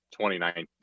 2019